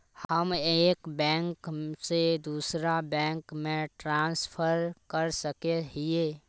हम एक बैंक से दूसरा बैंक में ट्रांसफर कर सके हिये?